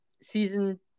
season